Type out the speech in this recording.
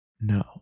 No